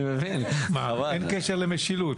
אני מבין, אבל אין קשר למשילות.